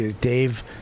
Dave